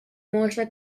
mossa